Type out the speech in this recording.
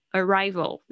arrival